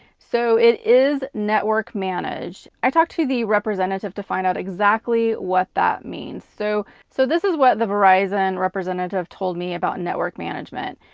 so, it is network-managed. i talked to the representative to find out exactly what that means. so so, this is what the verizon representative told me about network management.